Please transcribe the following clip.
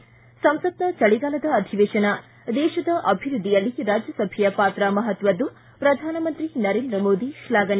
ಿ ಸಂಸತ್ನ ಚಳಿಗಾಲದ ಅಧಿವೇಶನ ದೇಶದ ಅಭಿವೃದ್ಧಿಯಲ್ಲಿ ರಾಜ್ಯಸಭೆಯ ಪಾತ್ರ ಮಹತ್ವದ್ದು ಪ್ರಧಾನಮಂತ್ರಿ ನರೇಂದ್ರ ಮೋದಿ ಶ್ಲಾಘನೆ